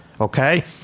okay